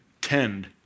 tend